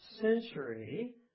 century